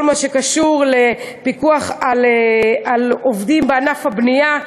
מה שקשור לפיקוח על עובדים בענף הבנייה.